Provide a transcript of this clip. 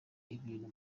ibintu